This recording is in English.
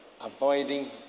avoiding